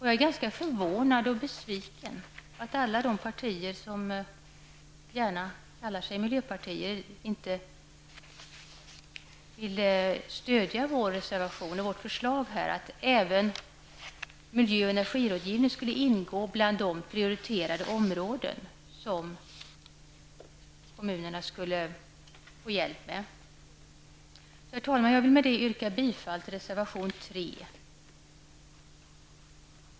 Jag är ganska förvånad och besviken över att alla de partier som gärna kallar sig miljöpartier inte vill stödja vårt förslag att även miljö och energirådgivning skulle ingå bland de prioriterade områden som kommunerna skulle få hjälp med. Herr talman! Jag yrkar därmed bifall till reservation 3.